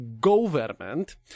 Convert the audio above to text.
government